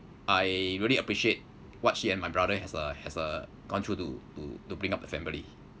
I really appreciate what she and my brother has uh has uh gone through to to to bring up the family